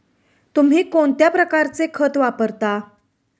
तुम्ही कोणत्या प्रकारचे खत वापरता?